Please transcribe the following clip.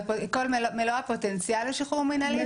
מלוא הפוטנציאל לשחרור מנהלי?